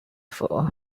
fool